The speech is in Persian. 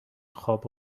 خواب